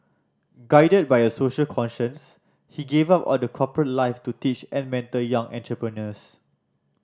guided by a social conscience he give up all the corporate life to teach and mentor young entrepreneurs